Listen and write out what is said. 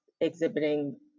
exhibiting